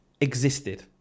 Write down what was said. existed